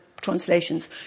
translations